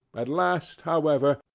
at last, however,